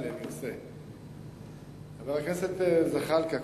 חבר הכנסת זחאלקה,